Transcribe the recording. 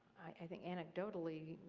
think anecdotally